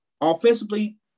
offensively